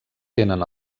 tenen